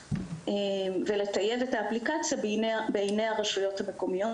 ולטייב את האפליקציה בעיני הרשויות המקומיות.